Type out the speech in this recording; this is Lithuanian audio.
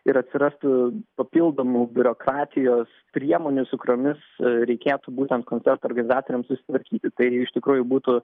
ir atsirastų papildomų biurokratijos priemonių su kuriomis reikėtų būtent koncertų organizatoriams susitvarkyti tai iš tikrųjų būtų